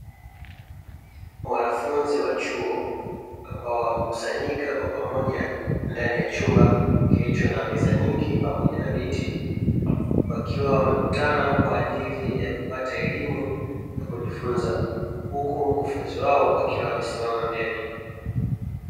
Wanafunzi wa chuo ambao wamekusanyika kwa pamoja ndani ya chumba kilicho na meza nyingi pamoja na viti, wakiwa wamekutana kwa ajili ya kupata elimu na kujifunza; huku mkufunzi wao akiwa amesimama mbele.